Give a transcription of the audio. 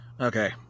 Okay